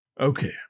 okay